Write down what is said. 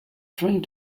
drink